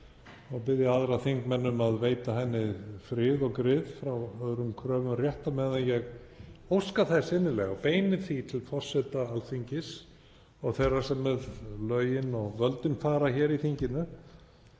og biðja aðra þingmenn um að veita henni frið og grið frá öðrum kröfum rétt á meðan ég óska þess innilega, og beini því til forseta Alþingis og þeirra sem með lögin og völdin fara hér í þinginu,